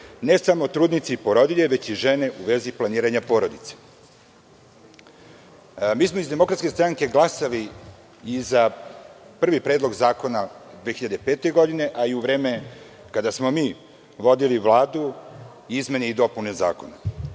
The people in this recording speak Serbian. Ne samo trudnice i porodilje, već i žene u vezi planiranja porodice. Mi smo iz DS glasali za prvi predlog zakona iz 2005. godine, a i u vreme kada smo mi vodili Vladu izmene i dopune Zakona.